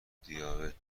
دیابت